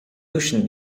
ocean